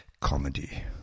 comedy